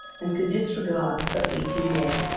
and could disregard for eighty more.